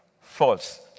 False